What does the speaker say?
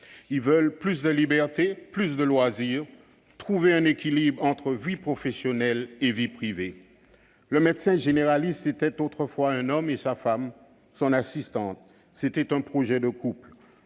Ils veulent plus de liberté et plus de loisirs, et souhaitent trouver un équilibre entre vie professionnelle et vie privée. Le médecin généraliste, c'était autrefois un homme et sa femme, qui était son assistante ; c'était un projet de couple.